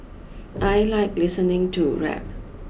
I like listening to rap